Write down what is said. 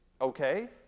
Okay